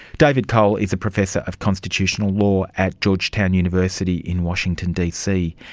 david cole is a professor of constitutional law at georgetown university in washington dc.